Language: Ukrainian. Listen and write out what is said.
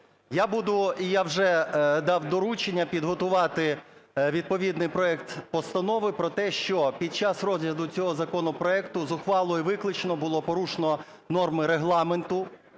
я вже дав доручення підготувати відповідний проект постанови про те, що під час розгляду цього законопроекту з ухвалою виключно було порушено норми Регламенту